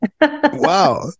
Wow